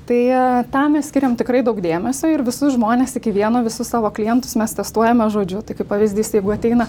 tai tam skiriam tikrai daug dėmesio ir visus žmones iki vieno visus savo klientus mes testuojame žodžiu tai kaip pavyzdys jeigu ateina